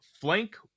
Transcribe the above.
flank